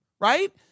right